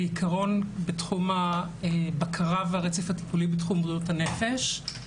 בעיקרון בתחום הבקרה והרצף הטיפולי בתחום בריאות הנפש.